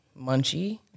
munchie